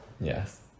yes